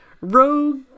rogue